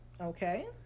Okay